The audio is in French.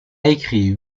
écrit